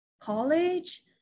college